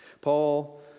Paul